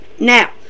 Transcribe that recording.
Now